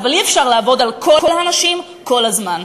אבל אי-אפשר לעבוד על כל האנשים כל הזמן.